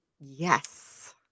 yes